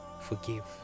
forgive